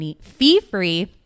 fee-free